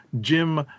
Jim